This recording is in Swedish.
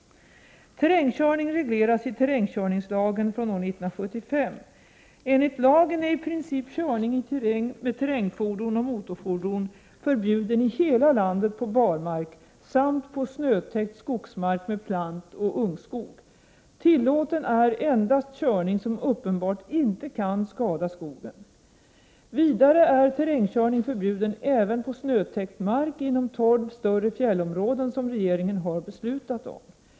Terrängkörning regleras i terrängkörningslagen från år 1975. Enligt lagen är i princip körning i terräng med terrängfordon och motorfordon förbjuden i hela landet på barmark samt på snötäckt skogsmark med plantoch ungskog. Tillåten är endast körning som uppenbart inte kan skada skogen. Vidare är terrängkörning förbjuden även på snötäckt mark inom tolv större fjällområden som regeringen har beslutat om.